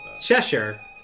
Cheshire